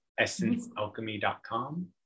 essencealchemy.com